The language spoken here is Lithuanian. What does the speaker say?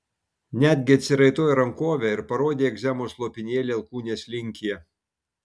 netgi atsiraitojai rankovę ir parodei egzemos lopinėlį alkūnės linkyje